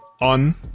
on